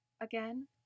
Again